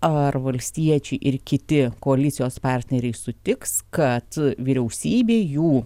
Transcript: ar valstiečiai ir kiti koalicijos partneriai sutiks kad vyriausybė jų